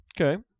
Okay